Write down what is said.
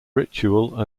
ritual